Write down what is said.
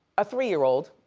a three-year-old,